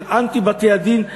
של אנטי-בתי-הדין,